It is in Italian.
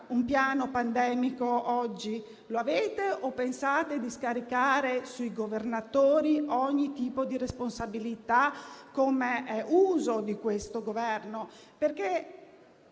un piano pandemico; oggi lo avete o pensate di scaricare sui governatori ogni tipo di responsabilità, come è uso di questo Governo?